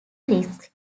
risk